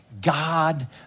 God